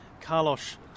Carlos